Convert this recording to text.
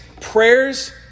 prayers